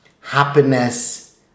happiness